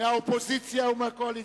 מהאופוזיציה ומהקואליציה,